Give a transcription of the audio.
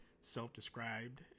self-described